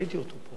ראיתי אותו.